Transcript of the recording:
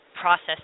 process